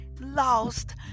lost